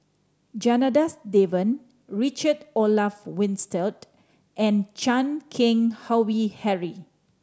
Janadas Devan Richard Olaf Winstedt and Chan Keng Howe Harry